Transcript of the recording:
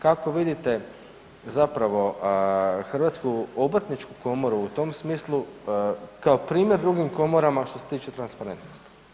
Kako vidite zapravo Hrvatsku obrtničku komoru u tom smislu kao primjer drugim komorama što se tiče transparentnosti?